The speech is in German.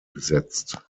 besetzt